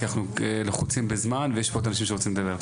כי אנחנו לחוצים בזמן ויש פה עוד אנשים שרוצים לדבר,